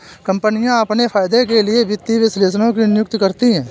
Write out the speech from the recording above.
कम्पनियाँ अपने फायदे के लिए वित्तीय विश्लेषकों की नियुक्ति करती हैं